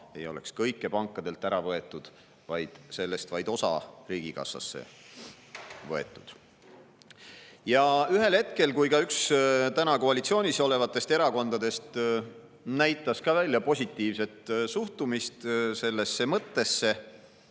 ei oleks pankadelt ära võetud, vaid ainult osa sellest oleks riigikassasse võetud. Ühel hetkel, kui ka üks täna koalitsioonis olevatest erakondadest näitas välja positiivset suhtumist sellesse mõttesse,